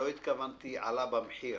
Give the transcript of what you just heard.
לא התכוונתי עלה במחיר,